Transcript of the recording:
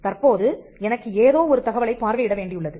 தற்போது எனக்கு ஏதோ ஒரு தகவலைப் பார்வையிட வேண்டியுள்ளது